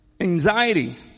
anxiety